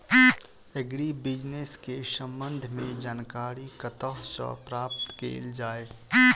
Agri business केँ संबंध मे जानकारी कतह सऽ प्राप्त कैल जाए?